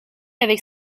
avec